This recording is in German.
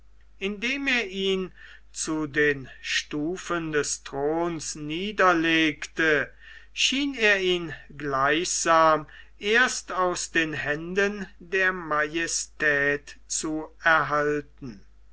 indem er ihn an den stufen des throns niederlegte schien er ihn gleichsam erst aus den händen der majestät zu erhalten